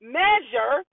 measure